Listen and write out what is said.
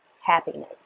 happiness